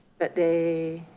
but they